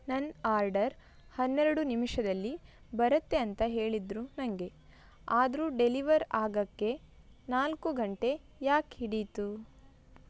ನನ್ನ ಆರ್ಡರ್ ಹನ್ನೆರಡು ನಿಮಿಷದಲ್ಲಿ ಬರುತ್ತೆ ಅಂತ ಹೇಳಿದ್ದರು ನನಗೆ ಆದರೂ ಡೆಲಿವರ್ ಆಗೋಕ್ಕೆ ನಾಲ್ಕು ಗಂಟೆ ಯಾಕೆ ಹಿಡೀತು